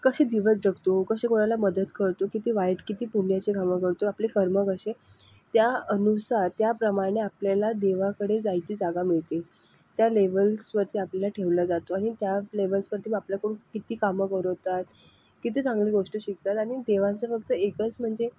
कसे दिवस जगतो कसे कोणाला मदत करतो किती वाईट किती पुण्याची घामं गळतो आपले कर्म कसे त्या अनुसार त्याप्रमाणे आपल्याला देवाकडे जायची जागा मिळते त्या लेवल्सवरती आपल्याला ठेवला जातो आणि त्या लेवल्सवरती मग आपल्याकडून कित्ती कामं करवतात किती चांगली गोष्ट शिकतात आणि देवांचं फक्त एकच म्हणजे